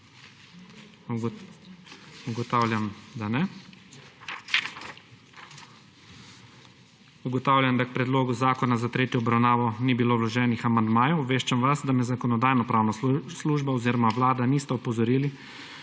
Vlada nista opozorili,